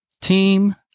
Team